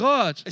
God